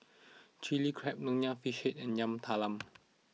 Chili Crab Nonya Fish and Yam Talam